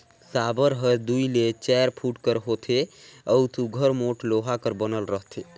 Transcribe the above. साबर हर दूई ले चाएर फुट कर होथे अउ सुग्घर मोट लोहा कर बनल रहथे